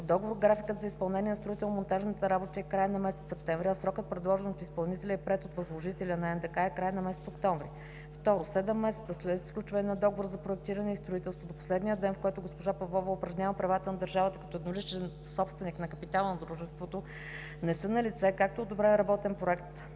По договор графикът за изпълнение на строително-монтажните работи е краят на месец септември, а срокът, предложен от изпълнителя и приет от възложителя НДК, е краят на месец октомври. 2. Седем месеца след сключването на договора за проектиране и строителство до последния ден, в който госпожа Павлова упражнява правата на държавата като едноличен собственик на капитала на дружеството не са налице както одобрен работен проект,